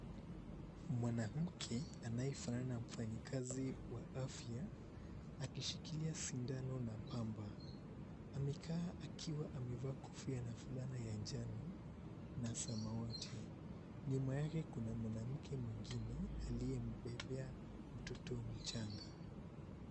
Mwanamke anayefanana na mfanyi kazi wa afya akishikilia sindano na pamba. Amekaa akiwa amevaa kofia na sindano ya njano na samawati. Nyuma yake kuna mwanamke mwengine aliyembebea mtoto mchanga.